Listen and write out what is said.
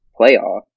playoff